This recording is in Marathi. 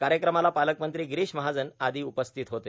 कायक्रमाला पालकमंत्री गिरोष महाजन आदो उपस्थित होते